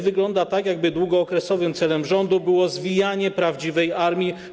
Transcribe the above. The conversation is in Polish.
Wygląda to tak, jakby długookresowym celem rządu było zwijanie prawdziwej armii.